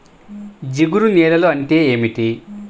జిగురు నేలలు అంటే ఏమిటీ?